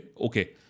Okay